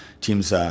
teams